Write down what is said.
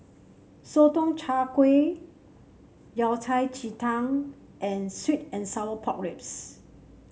Sotong Char Kway Yao Cai Ji Tang and sweet and Sour Pork Ribs